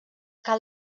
cal